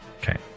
Okay